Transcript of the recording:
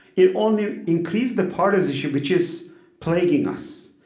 it only increased the partisanship which is plaguing us,